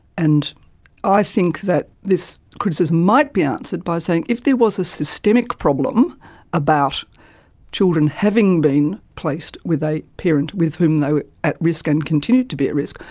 and i think that this criticism might be answered by saying if there was a systemic problem about children having been placed with a parent with whom they were at risk and continued to be at risk,